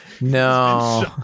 No